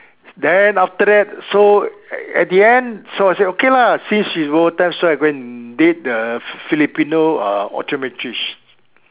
then after that so at end then so I say okay lah since she over time so I go and date the Filipino uh optometrist